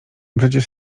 przecież